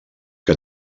que